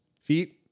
Feet